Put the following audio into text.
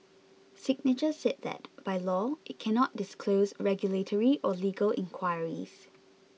signature said that by law it cannot disclose regulatory or legal inquiries